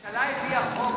הממשלה הביאה חוק